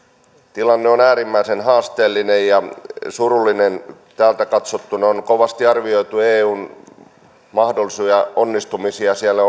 tilanne on äärimmäisen haasteellinen ja surullinen täältä katsottuna on kovasti arvioitu eun mahdollisia onnistumisia siellä